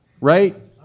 Right